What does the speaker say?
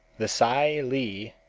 the tsai li,